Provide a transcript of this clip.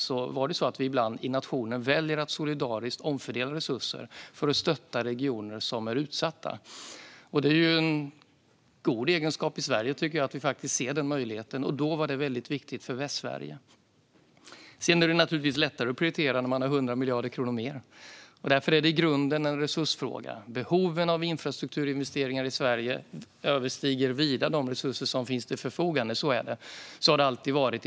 Ibland har vi i nationen valt att solidariskt omfördela resurser för att stötta regioner som är utsatta. Jag tycker att det är en god egenskap för Sverige att vi faktiskt ser denna möjlighet. Då var det mycket viktigt för Västsverige. Sedan är det naturligtvis lättare att prioritera när man har 100 miljarder kronor mer. Därför är det i grunden en resursfråga. Behoven av infrastrukturinvesteringar i Sverige överstiger vida de resurser som finns till förfogande. Så är det, och så har det alltid varit.